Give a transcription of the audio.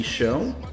show